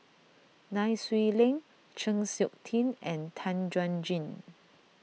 Nai Swee Leng Chng Seok Tin and Tan Chuan Jin